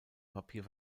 papier